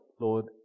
Lord